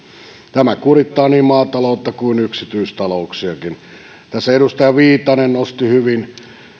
tämä kurittaa niin maataloutta kuin yksityistalouksiakin tässä edustaja viitanen nosti hyvin nämä